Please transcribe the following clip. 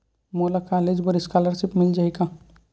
मोला कॉलेज बर स्कालर्शिप मिल जाही का?